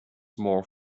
more